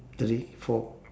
three four